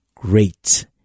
great